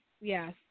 Yes